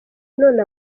none